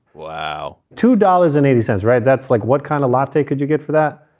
wow. two dollars and eighty cents. right. that's like what kind of lotto could you get for that?